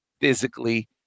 physically